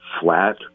flat